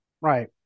Right